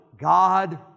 God